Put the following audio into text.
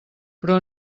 però